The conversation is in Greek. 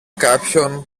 κάποιον